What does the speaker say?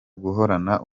guhorana